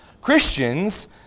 Christians